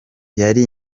yari